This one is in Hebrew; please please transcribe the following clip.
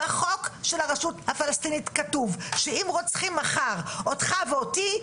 בחוק של הרשות הפלסטינית כתוב שאם רוצחים מחר אותך ואותי,